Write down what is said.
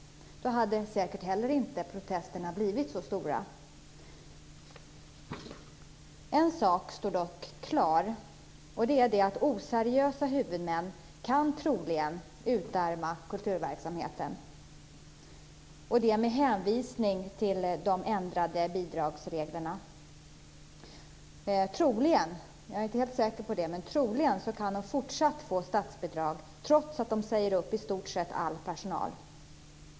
Då hade säkert inte heller protesterna varit så stora. En sak står dock klar, och det är att oseriösa huvudmän troligen kan utarma kulturverksamheten och det med hänvisning till de ändrade bidragsreglerna. Troligen kan man - jag är inte säker på det - fortsätta att få statsbidrag trots att man i stort sett säger upp all personal.